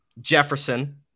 Jefferson